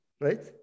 right